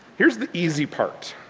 here's the easy part,